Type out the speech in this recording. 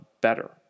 better